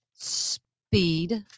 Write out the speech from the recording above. Speed